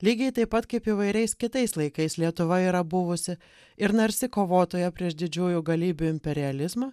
lygiai taip pat kaip įvairiais kitais laikais lietuva yra buvusi ir narsi kovotoja prieš didžiųjų galybių imperializmą